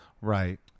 Right